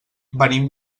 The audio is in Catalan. venim